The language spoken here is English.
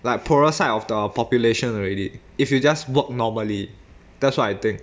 like poorer side of the population already if you just work normally that's what I think